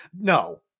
no